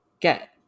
get